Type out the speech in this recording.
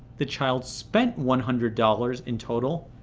the child spent one hundred dollars in total,